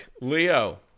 Leo